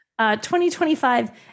2025